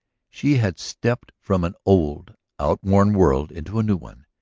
she had stepped from an old, outworn world into a new one,